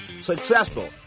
successful